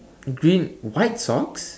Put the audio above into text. green white socks